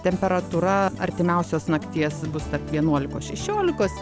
temperatūra artimiausios nakties bus tarp vienuolikos šešiolikos